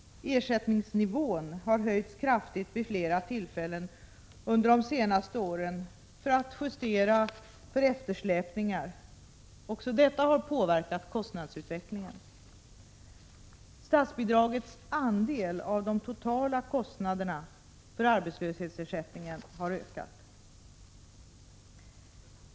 Ersättningsnivån har höjts kraftigt vid flera tillfällen under de senaste åren för att justera eftersläpningar. Också detta har påverkat kostnadsutvecklingen. Statsbidragets andel av de totala kostnaderna för arbetslöshetsersättningen har ökat.